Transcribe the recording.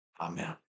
amen